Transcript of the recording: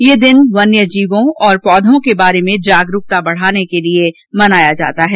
यह दिन वन्य जीवों और पौधों के बारे में जागरूकता बढ़ाने के लिए मनाया जाता है